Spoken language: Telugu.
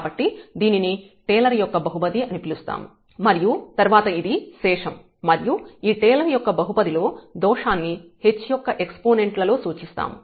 కాబట్టి దీనిని టేలర్ యొక్క బహుపది అని పిలుస్తాము మరియు తర్వాత ఇది శేషం మరియు ఈ టేలర్ యొక్క బహుపది లో దోషాన్ని h యొక్క ఎక్సపోనెంట్ లలో సూచిస్తాము